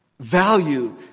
Value